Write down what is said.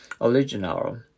original